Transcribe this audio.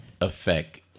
affect